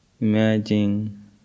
imagine